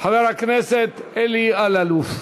חבר הכנסת אלי אלאלוף.